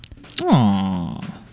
Aww